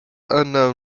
unknown